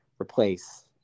replace